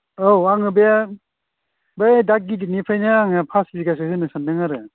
औ आङो बे बै दाक गिदिरनिफ्रायनो आङो पास बिगासो होनो सान्दों आरो